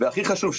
והכי חשוב,